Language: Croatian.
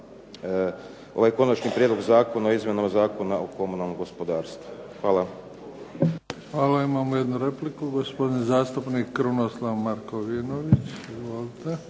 ovaj Konačni prijedlog zakona o izmjenama Zakona o komunalnom gospodarstvu. Hvala. **Bebić, Luka (HDZ)** Hvala. Imamo jednu repliku, gospodin zastupnik Krunoslav Markovinović. Izvolite.